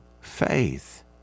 faith